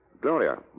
Gloria